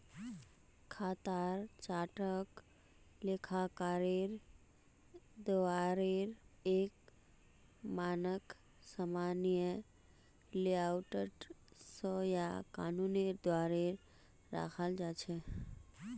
खातार चार्टक लेखाकारेर द्वाअरे एक मानक सामान्य लेआउट स या कानूनेर द्वारे रखाल जा छेक